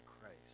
Christ